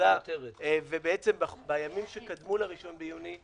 ובעצם בימים שקדמו לראשון ביוני,